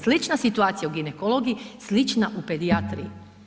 Slična situacija u ginekologiji, slična u pedijatriji.